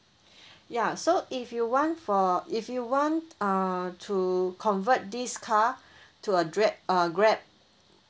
ya so if you want for if you want uh to convert this car to a dra~ uh grab